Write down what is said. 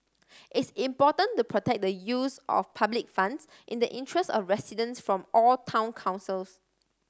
is important to protect the use of public funds in the interest of residents from all town councils